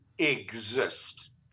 exist